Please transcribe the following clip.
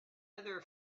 other